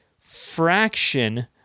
fraction